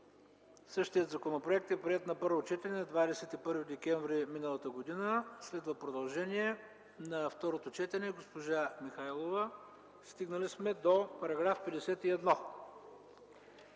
съвет. Законопроектът е приет на първо четене на 21 декември миналата година. Следва продължение на второто четене. Госпожа Михайлова, стигнали сме до § 51.